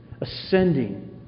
Ascending